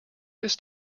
this